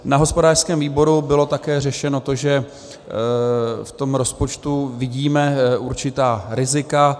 Na hospodářském výboru bylo také řešeno to, že v tom rozpočtu vidíme určitá rizika.